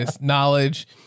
knowledge